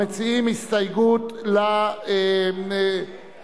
המציעים הסתייגות לשם.